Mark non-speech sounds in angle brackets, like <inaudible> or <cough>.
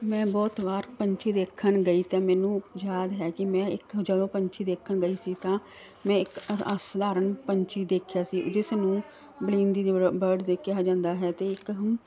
ਮੈਂ ਬਹੁਤ ਵਾਰ ਪੰਛੀ ਦੇਖਣ ਗਈ ਅਤੇ ਮੈਨੂੰ ਯਾਦ ਹੈ ਕਿ ਮੈਂ ਇੱਕ ਜਦੋਂ ਪੰਛੀ ਦੇਖਣ ਗਈ ਸੀ ਤਾਂ ਮੈਂ ਇੱਕ ਅਸਧਾਰਨ ਪੰਛੀ ਦੇਖਿਆ ਸੀ ਜਿਸ ਨੂੰ ਬਲੀਨ <unintelligible> ਬਰਡ ਦੀ ਕਿਹਾ ਜਾਂਦਾ ਹੈ ਅਤੇ ਇੱਕ ਨੂੰ